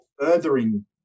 furthering